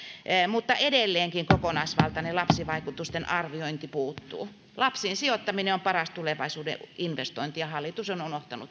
mutta edelleenkin kokonaisvaltainen lapsivaikutusten arviointi puuttuu lapsiin sijoittaminen on paras tulevaisuuden investointi ja hallitus on on unohtanut